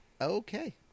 Okay